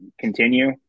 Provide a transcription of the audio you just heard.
continue